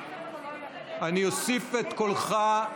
הכנסה (אישור ועדת הכספים בקביעת מוסד ציבורי),